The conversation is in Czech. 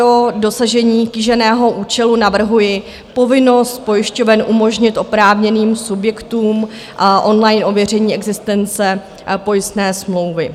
Pro dosažení kýženého účelu navrhuji povinnost pojišťoven umožnit oprávněným subjektům online ověření existence pojistné smlouvy.